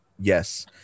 yes